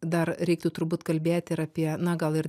dar reiktų turbūt kalbėt ir apie na gal ir